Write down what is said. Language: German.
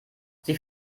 sie